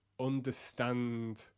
understand